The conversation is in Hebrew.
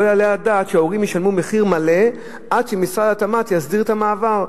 לא יעלה על הדעת שההורים ישלמו מחיר מלא עד שמשרד התמ"ת יסדיר את המעבר.